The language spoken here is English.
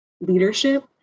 leadership